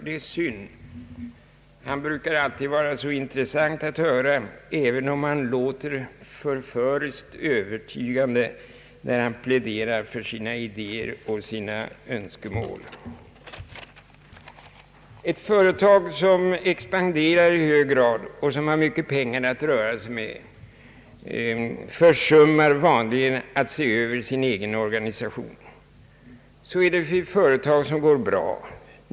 Detta är synd, ty det brukar vara så intressant att höra honom, även om han låter förföriskt övertygande när han pläderar för sina idéer och sina önskemål. Ett företag som expanderar och som har mycket pengar att röra sig med försummar vanligen att se över sin egen organisation.